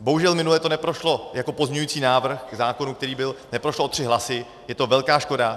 Bohužel minule to neprošlo jako pozměňující návrh k zákonu, který byl neprošlo o tři hlasy, je to velká škoda.